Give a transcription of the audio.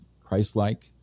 Christ-like